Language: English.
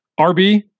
RB